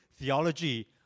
theology